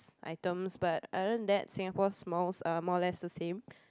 items but other then that Singapore's malls are more or less the same